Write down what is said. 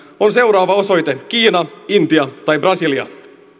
on seuraava osoite kiina intia tai brasilia